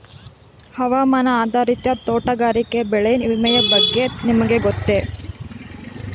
ಹವಾಮಾನ ಆಧಾರಿತ ತೋಟಗಾರಿಕೆ ಬೆಳೆ ವಿಮೆಯ ಬಗ್ಗೆ ನಿಮಗೆ ಗೊತ್ತೇ?